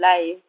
life